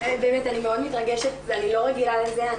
באמת אני מאוד מתרגשת ואני לא רגילה לזה.